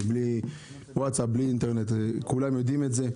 בלי וואטסאפ ובלי אינטרנט וכולם יודעים את זה.